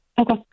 Okay